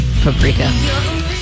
Paprika